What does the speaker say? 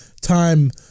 time